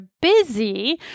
busy